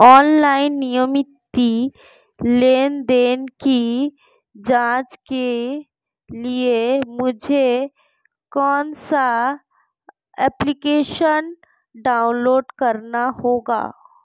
Online नियमित लेनदेन की जांच के लिए मुझे कौनसा एप्लिकेशन डाउनलोड करना होगा?